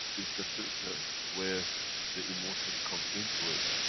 it's the filter where the emotion comes into it.